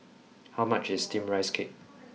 how much is steamed rice cake